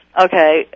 Okay